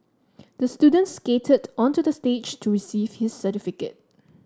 the student skated onto the stage to receive his certificate